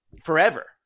forever